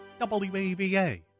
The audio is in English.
WAVA